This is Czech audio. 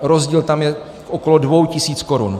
Rozdíl tam je okolo dvou tisíc korun.